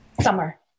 Summer